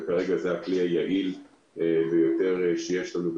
וכרגע זה הכלי היעיל ביותר שיש לנו.